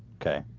okay?